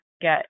get